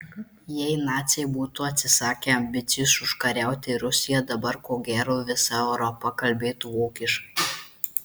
jei naciai būtų atsisakę ambicijos užkariauti rusiją dabar ko gero visa europa kalbėtų vokiškai